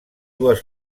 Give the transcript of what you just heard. dues